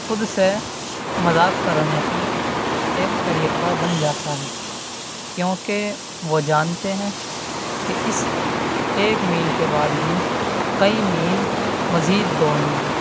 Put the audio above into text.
خود سے مذاق کرنے کا ایک طریقہ بن جاتا ہے کیوںکہ وہ جانتے ہیں کہ اس ایک میل کے بعد بھی کئی میل مزید دوڑنی ہے